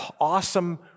awesome